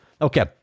Okay